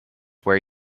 where